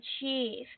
achieve